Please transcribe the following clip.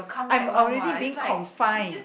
I'm already being confined